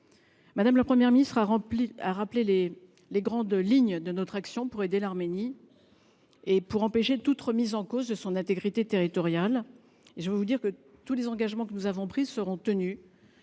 Mme la Première ministre a rappelé les grandes lignes de notre action pour aider l’Arménie et pour empêcher toute remise en cause de son intégrité territoriale. Mesdames, messieurs les sénateurs, je veux vous dire que tous les engagements que nous avons pris seront tenus